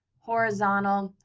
horizontal.